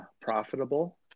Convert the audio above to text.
profitable